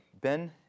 Ben